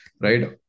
Right